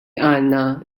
għandna